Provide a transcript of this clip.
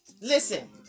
Listen